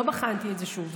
לא בחנתי את זה שוב,